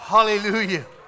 Hallelujah